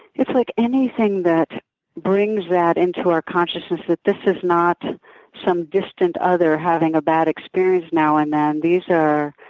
it's like anything that brings that into our consciousness that this is not some distant other having a bad experience now and then. these are